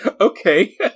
okay